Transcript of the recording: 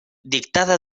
dictada